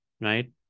Right